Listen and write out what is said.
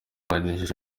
banejeje